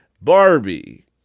Barbie